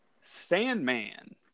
sandman